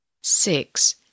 six